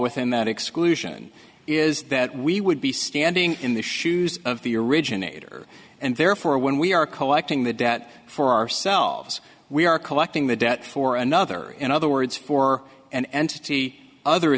within that exclusion is that we would be standing in the shoes of the originator and therefore when we are collecting the debt for ourselves we are collecting the debt for another in other words for an entity other